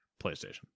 PlayStation